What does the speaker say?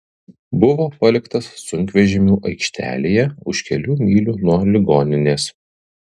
buvo paliktas sunkvežimių aikštelėje už kelių mylių nuo ligoninės